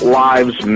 lives